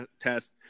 test